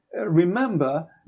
remember